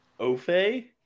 Ofe